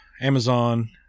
Amazon